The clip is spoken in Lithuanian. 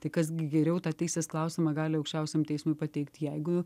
tai kas gi geriau tą teisės klausimą gali aukščiausiam teismui pateikti jeigu